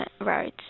roads